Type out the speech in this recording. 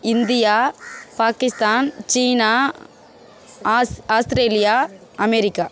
India Pakistan சீனா ஆஸ் Australia America